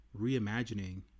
reimagining